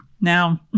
Now